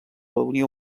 unió